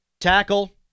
tackle